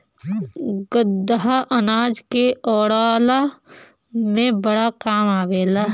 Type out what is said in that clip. गदहा अनाज के ढोअला में बड़ा काम आवेला